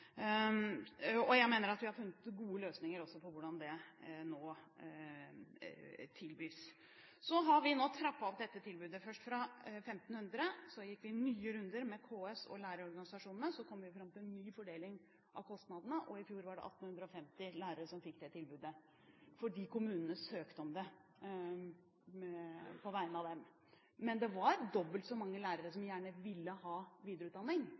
Jeg mener at vi også har funnet gode løsninger på hvordan det nå tilbys. Vi har nå trappet opp dette tilbudet, først fra 1 500. Så gikk vi nye runder med KS og lærerorganisasjonene og kom fram til en ny fordeling av kostnadene. I fjor var det 1 850 lærere som fikk dette tilbudet, fordi kommunene søkte om det på deres vegne. Men det var dobbelt så mange lærere som gjerne ville ha videreutdanning.